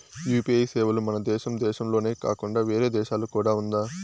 UPI సేవలు మన దేశం దేశంలోనే కాకుండా వేరే దేశాల్లో కూడా ఉందా?